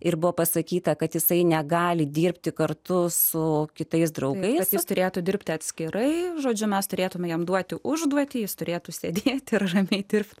ir buvo pasakyta kad jisai negali dirbti kartu su kitais draugais jis turėtų dirbti atskirai žodžiu mes turėtumėme jam duoti užduotį jis turėtų sėdėti ramiai dirbti